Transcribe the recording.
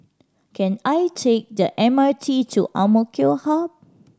can I take the M R T to AMK Hub